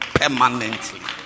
permanently